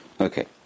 okay